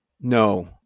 No